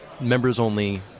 members-only